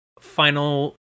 final